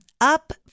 Up